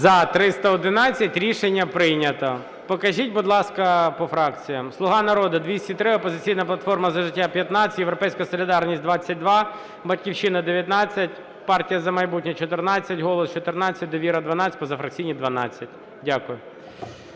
За-311 Рішення прийнято. Покажіть, будь ласка, по фракціях. "Слуга народу" – 203, "Опозиційна платформа - За життя" – 15, "Європейська солідарність" – 22, "Батьківщина" – 19, "Партія "За майбутнє" – 14, "Голос" – 14, "Довіра" – 12, позафракційні – 12. Дякую.